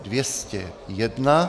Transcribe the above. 201.